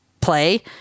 play